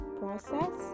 process